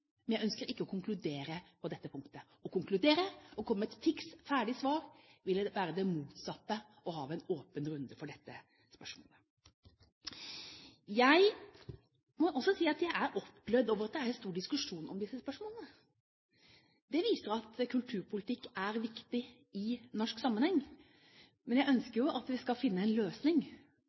men jeg ønsker ikke å konkludere på dette punktet. Å konkludere, komme med et fiks ferdig svar, vil være det motsatte av å ha en åpen runde om dette spørsmålet. Jeg må også si at jeg er oppglødd over at det er en stor diskusjon om disse spørsmålene. Det viser at kulturpolitikk er viktig i norsk sammenheng, men jeg ønsker jo at vi skal finne en løsning.